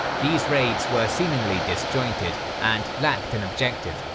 these raids were seemingly disjointed and lacked an objective,